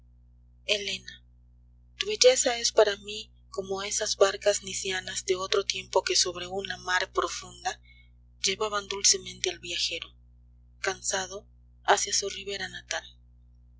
elena tu belleza es para mí como esas barcas niceanas de otro tiempo que sobre una mar profunda llevaban dulcemente al viajero cansado hacia su ribera natal